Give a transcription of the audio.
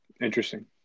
interesting